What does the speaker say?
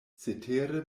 cetere